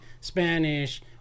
spanish